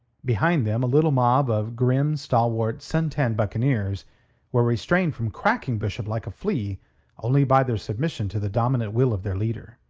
behind them a little mob of grim, stalwart, sun-tanned buccaneers were restrained from cracking bishop like a flea only by their submission to the dominant will of their leader.